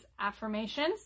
affirmations